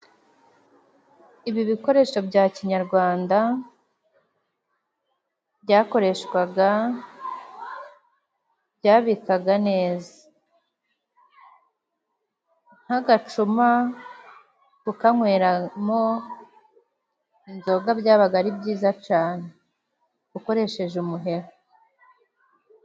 Ibi bikoresho bya kinyarwanda byakoreshwaga, byabikaga neza, nk'agacuma kukanyweramo inzoga byabaga ari byiza cyane ukoresheje umuheha.